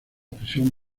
prisión